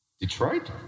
Detroit